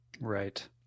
Right